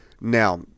Now